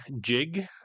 jig